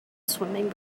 swimming